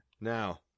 now